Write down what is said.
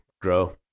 grow